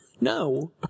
no